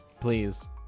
Please